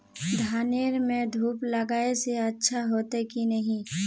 धानेर में धूप लगाए से अच्छा होते की नहीं?